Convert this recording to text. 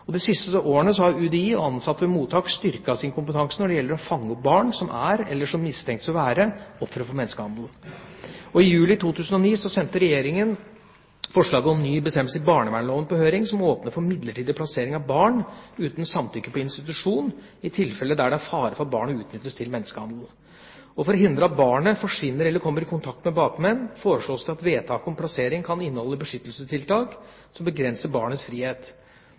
De siste årene har UDI og ansatte ved mottak styrket sin kompetanse når det gjelder å fange opp barn som er, eller som mistenkes å være, ofre for menneskehandel. I juli 2009 sendte Regjeringa forslag om ny bestemmelse i barnevernloven ut på høring, som åpner for midlertidig plassering av barn uten samtykke på institusjon i tilfeller der det er fare for at barnet utnyttes til menneskehandel. For å hindre at barnet forsvinner eller kommer i kontakt med bakmenn, foreslås det at vedtaket om plassering kan inneholde beskyttelsestiltak som begrenser barnets frihet.